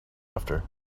after